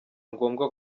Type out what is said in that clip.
ngombwa